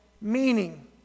meaning